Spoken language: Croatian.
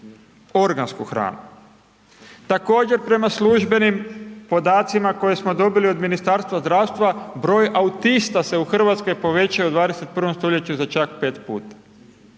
organsku hranu. Također prema službenim podacima, koje smo dobili od Ministarstva zdravstva, broj autista se u Hrvatskoj povećaju u 21. st. za čak 5 puta.